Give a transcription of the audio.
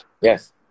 Yes